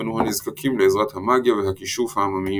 פנו הנזקקים לעזרת המאגיה והכישוף העממיים.